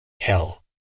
Hell